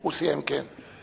הוא סיים, כן.